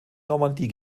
normandie